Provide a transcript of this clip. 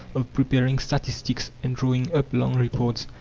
of preparing statistics, and drawing up long reports.